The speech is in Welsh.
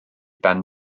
ben